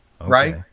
right